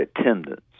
attendance